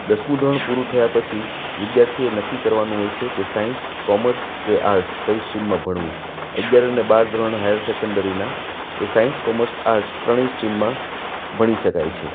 દસમું ધોરણ પૂરું થયા પછી વિધાર્થીએ નક્કી કરવાનું હોય છે કે સાયન્સ કોમર્સ કે આર્ટ્સ કઈ સ્ટ્રીમમાં ભણવું અગિયાર અને બાર ધોરણ હાયર સેકન્ડરીના એ સાયન્સ કોમર્સ આર્ટ્સ ત્રણેય સ્ટ્રીમમાં ભણી શકાય છે